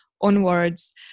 onwards